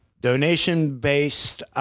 donation-based